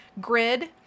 grid